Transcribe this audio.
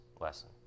lesson